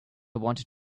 wanted